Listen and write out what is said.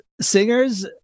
singers